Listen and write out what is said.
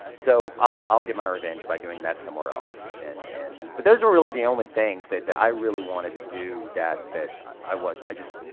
so i'll, i'll get my revenge by doing that somewhere else and, and. but those were really the only things that that i really wanted to do that, that i, i was, i just,